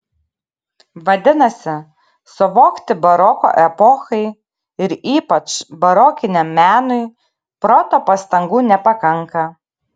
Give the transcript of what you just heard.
vadinasi suvokti baroko epochai ir ypač barokiniam menui proto pastangų nepakanka